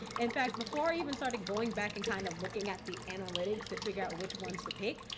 in fact, before i even started going back and kind of looking at the analytics to figure out which ones to pick,